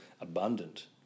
abundant